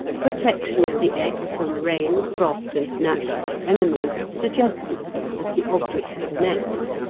protection of the eggs from rain, frost, and natural enemies suggests itself as the object of the nest,